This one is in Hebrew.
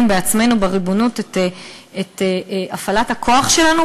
בעצמנו בריבונות את הפעלת הכוח שלנו,